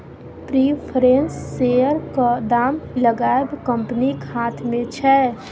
preference शेयरक दाम लगाएब कंपनीक हाथ मे छै